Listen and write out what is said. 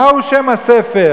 מהו שם הספר?